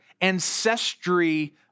ancestry